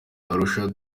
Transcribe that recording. arusha